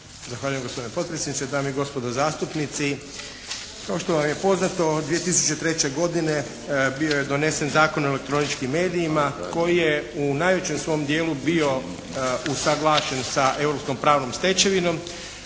Zahvaljujem gospodine potpredsjedniče. Dame i gospodo zastupnici. Kao što vam je poznato 2003. godine bio je donesen Zakon o elektroničkim medijima koji je u najvećem svom dijelu bio usuglašen sa europskom pravnom stečevinom,